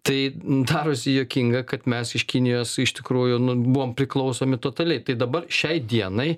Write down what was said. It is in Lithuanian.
tai darosi juokinga kad mes iš kinijos iš tikrųjų buvom priklausomi totaliai tai dabar šiai dienai